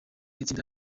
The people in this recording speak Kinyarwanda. itsinda